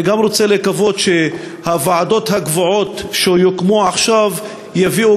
אני גם רוצה לקוות שהוועדות הקבועות שיוקמו עכשיו יביאו